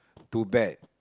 too bad